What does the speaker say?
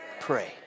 pray